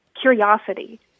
curiosity